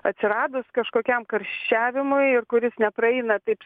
atsiradus kažkokiam karščiavimui ir kuris nepraeina taip